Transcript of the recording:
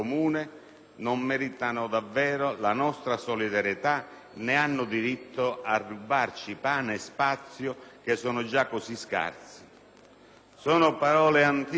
non meritano davvero la nostra solidarietà né hanno diritto a rubarci pane e spazio che sono già così scarsi». Sono parole antiche,